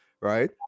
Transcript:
right